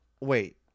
wait